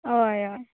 अय अय